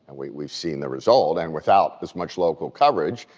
and we've we've seen the result and without as much local coverage,